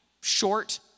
short